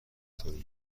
تولید